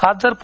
आज जर पु